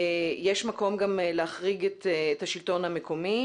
יש מקום גם להחריג את השלטון המקומי.